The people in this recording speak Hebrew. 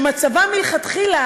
שמצבם מלכתחילה,